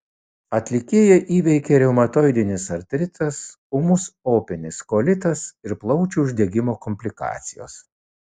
atlikėją įveikė reumatoidinis artritas ūmus opinis kolitas ir plaučių uždegimo komplikacijos